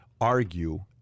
argue